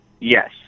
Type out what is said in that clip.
Yes